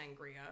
Sangria